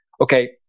okay